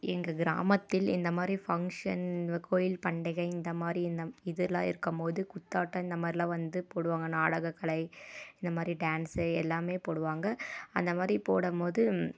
எங்கள் கிராமத்தில் இந்தமாதிரி ஃபங்ஷன் கோயில் பண்டிகை இந்த மாதிரி இந்த இதெலாம் இருக்கும்போது குத்தாட்டம் இந்த மாதிரிலாம் வந்து போடுவாங்க நாடகக்கலை இந்த மாதிரி டான்ஸ்ஸு எல்லாமே போடுவாங்க அந்த மாதிரி போடும் போது